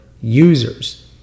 users